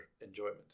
enjoyment